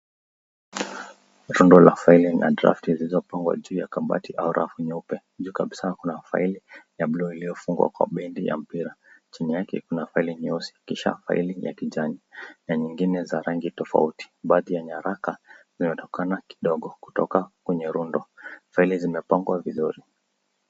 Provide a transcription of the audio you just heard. Rundo la faili na draft zilizopangwa juu ya kabati au rafu nyeupe. Juu kabisa kuna faili ya blue iliyofungwa kwa bendi ya mpira. Chini yake kuna faili nyeusi kisha faili ya kijani na nyingine za rangi tofauti. Baadhi ya nyaraka zinatokana kidogo kutoka kwenye rundo. Faili zimepangwa vizuri.